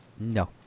No